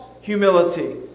humility